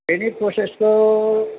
बेनि प्रसेसखौ